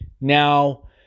Now